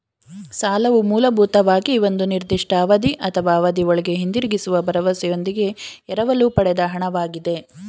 ಸಾಲವು ಮೂಲಭೂತವಾಗಿ ಒಂದು ನಿರ್ದಿಷ್ಟ ಅವಧಿ ಅಥವಾ ಅವಧಿಒಳ್ಗೆ ಹಿಂದಿರುಗಿಸುವ ಭರವಸೆಯೊಂದಿಗೆ ಎರವಲು ಪಡೆದ ಹಣ ವಾಗಿದೆ